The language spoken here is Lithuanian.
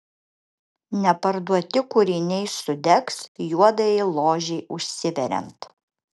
neparduoti kūriniai sudegs juodajai ložei užsiveriant